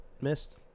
missed